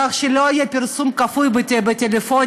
כמו שלא יהיה פרסום כפוי בטלפונים,